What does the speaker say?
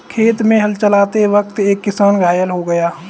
खेत में हल चलाते वक्त एक किसान घायल हो गया